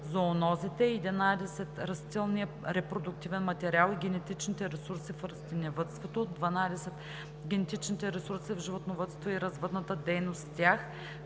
зоонозите; 11. растителния репродуктивен материал и генетичните ресурси в растениевъдството; 12. генетичните ресурси в животновъдството и развъдната дейност с тях;